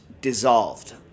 dissolved